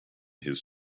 his